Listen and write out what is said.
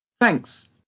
thanks